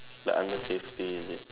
like under safety is it